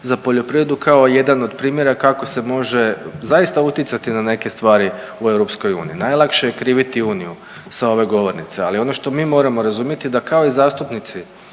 za poljoprivredu kao jedan od primjera kako se može zaista utjecati na neke stvari u EU. Najlakše je kriviti Uniju sa ove govornice, ali ono što mi moramo razumjeti, da kao i zastupnici